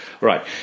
Right